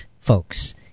folks